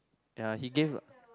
ya he gave